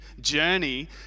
journey